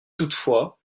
toutefois